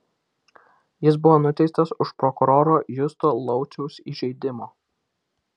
jis buvo nuteistas už prokuroro justo lauciaus įžeidimo